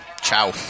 Ciao